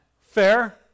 Fair